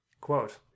Quote